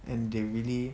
and they really